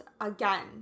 again